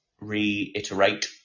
reiterate